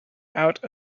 out